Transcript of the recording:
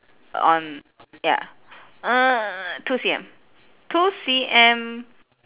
on ya uh two C_M two C_M